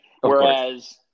Whereas